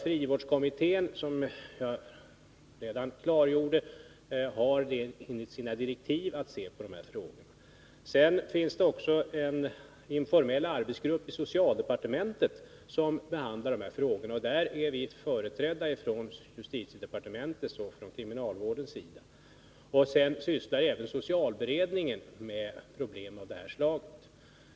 Frivårdskommittén har, som jag redan klargjort, i sina direktiv ett uppdrag att se på dessa frågor. Det finns också en informell arbetsgrupp i socialdepartementet som behandlar dessa frågor. Vi är från justitiedepartementet och från kriminalvårdens sida företrädda i denna arbetsgrupp. Även socialberedningen sysslar med problem av det här slaget.